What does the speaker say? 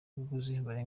barenga